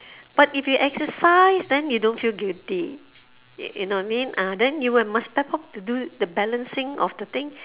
but if you exercise then you don't feel guilty you know what I mean ah then you must step up to do the balancing of the thing